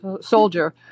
soldier